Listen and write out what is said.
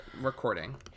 recording